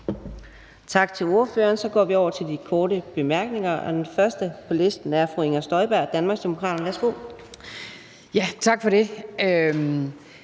Tak til ordføreren. Så går vi over til de korte bemærkninger, og den første på listen er fru Inger Støjberg, Danmarksdemokraterne. Værsgo. Kl.